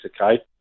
okay